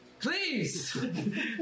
Please